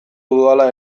dudala